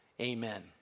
amen